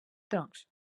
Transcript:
troncs